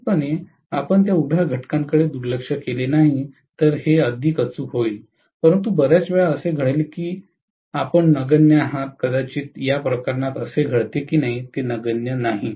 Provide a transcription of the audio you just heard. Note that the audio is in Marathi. निश्चितपणे आपण त्या उभ्या घटकाकडे दुर्लक्ष केले नाही तर ते अधिक अचूक होईल परंतु बर्याच वेळा असे घडेल की आपण नगण्य आहात कदाचित या प्रकरणात असे घडते की ते नगण्य नाही